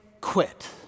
quit